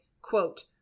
quote